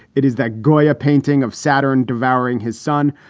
it is that goya painting of saturn devouring his son.